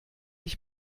ich